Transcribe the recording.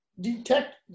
detect